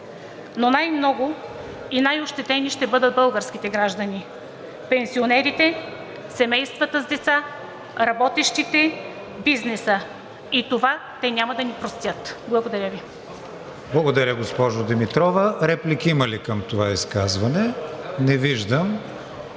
но най-много и най-ощетени ще бъдат българските граждани – пенсионерите, семействата с деца, работещите, бизнесът. И това те няма да ни простят. Благодаря Ви. ПРЕДСЕДАТЕЛ КРИСТИАН ВИГЕНИН: Благодаря, госпожо Димитрова. Реплики има ли към това изказване? Не виждам.